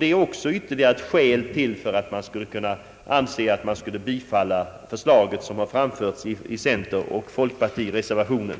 Det är ytterligare ett skäl för att bifalla det förslag som har framförts i centeroch folkpartireservationen.